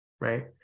right